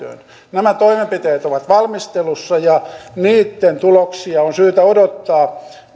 käyttöön nämä toimenpiteet ovat valmistelussa ja niitten tuloksia on syytä odottaa